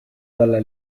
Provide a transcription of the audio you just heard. dalla